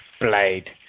Blade